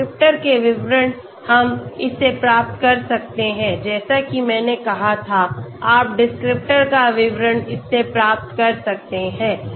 descriptor के विवरण हम इससे प्राप्त कर सकते हैं जैसा कि मैंने कहा था आपडिस्क्रिप्टर का विवरण इससे प्राप्त कर सकते हैं